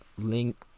link